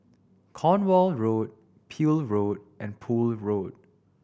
Cornwall Road Peel Road and Poole Road